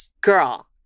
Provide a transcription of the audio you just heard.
Girl